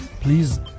please